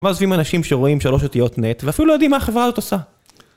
משווים אנשים שרואים שלוש אותיות נט, ואפילו לא יודעים מה החברה הזאת עושה.